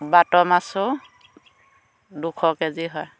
বাত মাছো দুশকেজি হয়